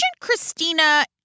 Christina